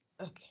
Okay